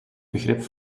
begrip